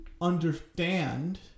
understand